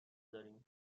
داریم